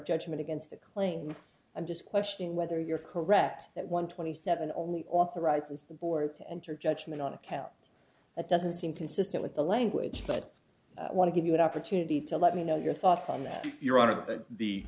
judgment against a claim i'm just questioning whether you're correct that one twenty seven only authorizes the board to enter judgment on account that doesn't seem consistent with the language but i want to give you an opportunity to let me know your thoughts on that if you're out of the